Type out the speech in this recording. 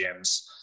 gyms